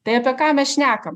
tai apie ką mes šnekam